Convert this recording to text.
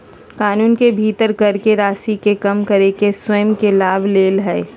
कानून के भीतर कर के राशि के कम करे ले स्वयं के लाभ ले हइ